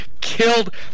killed